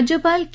राज्यपाल चे